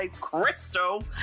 Crystal